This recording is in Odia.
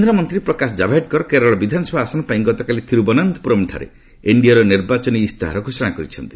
କେନ୍ଦ୍ରମନ୍ତ୍ରୀ ପ୍ରକାଶ କାଭେଡକର କେରଳ ବିଧାନସଭା ଆସନ ପାଇଁ ଗତକାଲି ଥିରୁଅନନ୍ତପୁରମ୍ଠାରେ ଏନଡିଏର ନିର୍ବାଚନୀ ଇସ୍ତାହାର ଘୋଷଣା କରିଛନ୍ତି